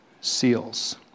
Seals